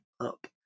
up